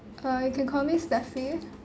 uh you can call me stephy